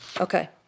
Okay